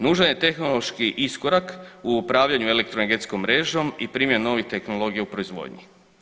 Nužan je tehnološki iskorak u upravljanju elektroenergetskom mrežom i primjeni novih tehnologija u proizvodnji.